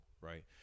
right